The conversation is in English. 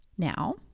Now